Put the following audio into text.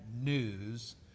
news